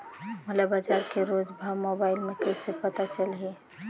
मोला बजार के रोज भाव मोबाइल मे कइसे पता चलही?